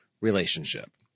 relationship